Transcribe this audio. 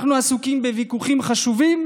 אנחנו עסוקים בוויכוחים חשובים